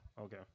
okay